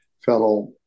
fellow